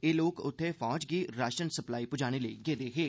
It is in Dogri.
एह् लोक उत्थे फौज गी राशन सप्लाई पुजाने लेई गेदे हे